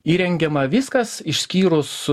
įrengiama viskas išskyrus